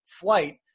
flight